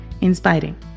inspiring